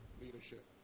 leadership